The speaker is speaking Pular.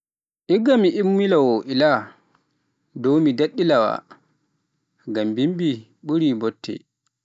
Igga mi ummilaawo ila dow mi daɗɗalaawa, ngam bimbi ɓuri bote.